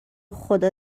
خدا